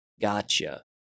Gotcha